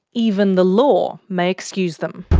even the law may excuse them.